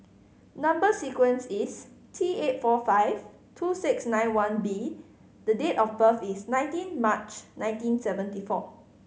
number sequence is T eight four five two six nine one B the date of birth is nineteen March nineteen seventy four